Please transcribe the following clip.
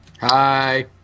Hi